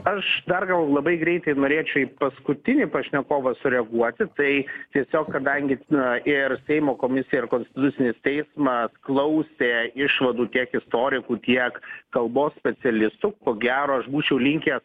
aš dar gal labai greitai norėčiau į paskutinį pašnekovą sureaguoti tai tiesiog kadangi na ir seimo komisija ir konstitucinis teismas klausė išvadų tiek istorikų tiek kalbos specialistų ko gero aš būčiau linkęs